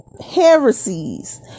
heresies